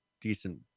decent